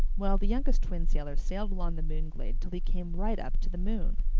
well, the youngest twin sailor sailed along the moonglade till he came right up to the moon,